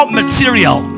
material